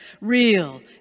real